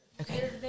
Okay